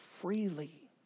freely